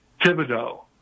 Thibodeau